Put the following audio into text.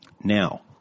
Now